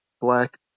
black